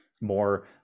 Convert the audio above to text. more